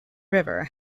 river